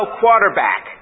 quarterback